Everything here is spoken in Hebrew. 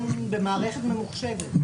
מעיד במקומם,